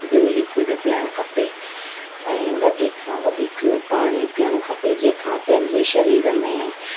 ॿियो लिक्विड पीअणु खपे ऐं वधीक सां वधीक पाणी पीअणु खपे जंहिं खां पंहिंजे शरीर में